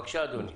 בבקשה אדוני.